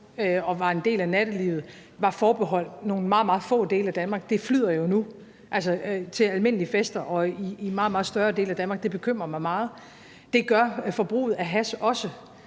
og var en del af nattelivet, var forbeholdt nogle meget, meget få dele af Danmark, nu flyder ved almindelige fester og i meget, meget større dele af Danmark. Det bekymrer mig meget. Det gør forbruget af hash også,